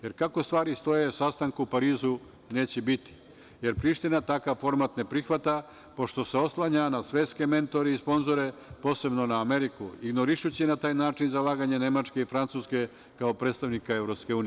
Jer, kako stvari stoje sastanka u Parizu neće biti, jer Priština takav format ne prihvata pošto se oslanja na svetske mentore i sponzore, posebno na Ameriku ignorišući na taj način zalaganje Nemački i Francuske kao predstavnika EU.